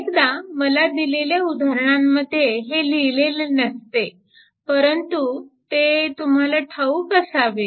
अनेकदा मला दिलेल्या उदाहरणांमध्ये हे लिहिलेले नसते परंतु ते तुम्हाला ठाऊक असावे